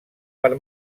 per